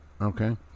okay